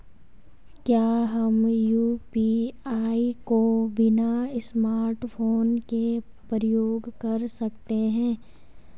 क्या हम यु.पी.आई को बिना स्मार्टफ़ोन के प्रयोग कर सकते हैं?